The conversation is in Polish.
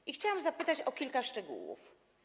I chciałam zapytać o kilka szczegółów.